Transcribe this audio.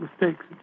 mistakes